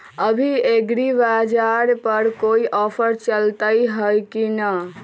अभी एग्रीबाजार पर कोई ऑफर चलतई हई की न?